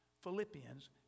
Philippians